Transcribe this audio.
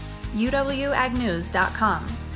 UWAGnews.com